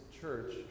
church